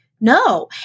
no